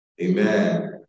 Amen